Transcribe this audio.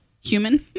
human